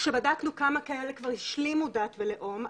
כשבדקנו כמה כאלה כבר השלימו דת ולאום,